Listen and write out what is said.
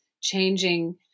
changing